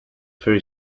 ferry